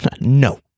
no